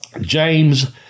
James